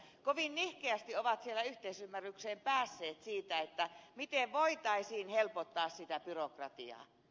kovin nihkeästi ovat siellä yhteisymmärrykseen päässeet siitä että miten voitaisiin helpottaa sitä byrokratiaa